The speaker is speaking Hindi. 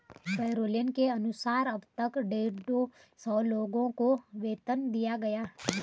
पैरोल के अनुसार अब तक डेढ़ सौ लोगों को वेतन दिया गया है